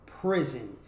prison